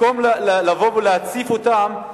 במקום לבוא ולהציף אותם,